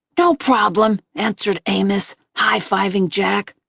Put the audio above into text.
no problem, answered amos, high-fiving jack.